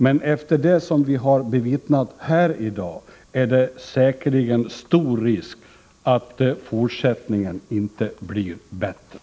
Men efter det vi har bevittnat här i dag är det säkerligen stor risk att fortsättningen inte blir bättre.